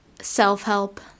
self-help